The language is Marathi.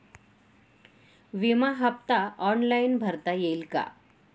विमा हफ्ता ऑनलाईन भरता येईल का?